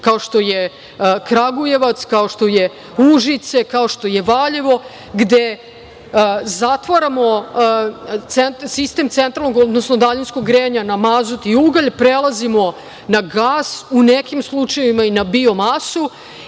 kao što je Kragujevac, kao što je Užice, kao što je Valjevo, gde zatvaramo sistem centralnog, odnosno daljinskog grejanja na mazut i ugalj, prelazimo na gas, u nekim slučajevima i na bio masu.